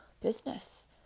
business